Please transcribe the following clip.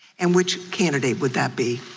and which candidate would that be?